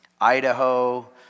Idaho